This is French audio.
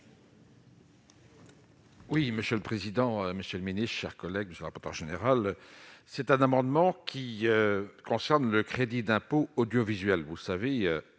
Oui, monsieur le président, Monsieur le Ministre, chers collègues, ne sera pas en général, c'est un amendement qui concerne le crédit d'impôt, audiovisuel, vous savez,